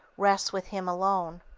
rests with him alone.